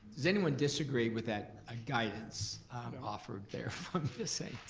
does anyone disagree with that ah guidance offered there from